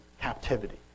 captivity